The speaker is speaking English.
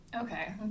okay